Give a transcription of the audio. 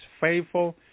faithful